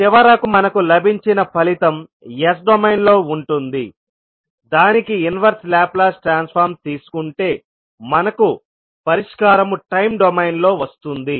చివరకు మనకు లభించిన ఫలితం S డొమైన్ లో ఉంటుంది దానికి ఇన్వెర్సె లాప్లాస్ ట్రాన్స్ఫార్మ్ తీసుకుంటే మనకు పరిష్కారము టైమ్ డొమైన్లో వస్తుంది